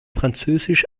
französisch